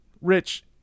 Rich